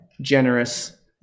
generous